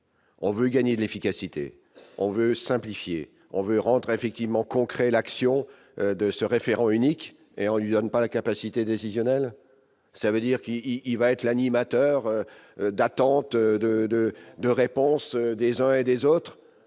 On veut gagner, d'efficacité, on veut simplifier on veut rendre effectivement concrets : l'action de ce référent unique et en donne pas la capacité décisionnelle, ça veut dire qu'il y va être l'animateur d'attente de de de réponse des uns et des autres,